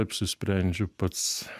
apsisprendžiu pats